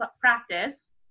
practice